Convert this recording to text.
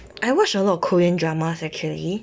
I watch a lot korean dramas actually